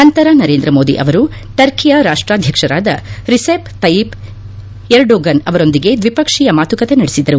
ನಂತರ ನರೇಂದ್ರಮೋದಿ ಅವರು ಟರ್ಕಿಯ ರಾಷ್ಟಾಧ್ಯಕ್ಷರಾದ ರಿಸೆಪ್ ತಯ್ಯಿಪ್ ಎರ್ಡೋಗನ್ ಅವರೊಂದಿಗೆ ದ್ವಿಪಕ್ಷೀಯ ಮಾತುಕತೆ ನಡೆಸಿದರು